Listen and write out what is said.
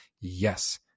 Yes